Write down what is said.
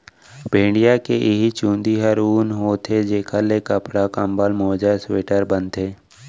भेड़िया के इहीं चूंदी ह ऊन होथे जेखर ले कपड़ा, कंबल, मोजा, स्वेटर बनथे